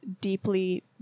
deeply